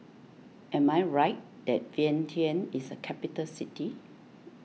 am I right that Vientiane is a capital city